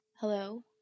Hello